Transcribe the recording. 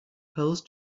post